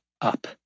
up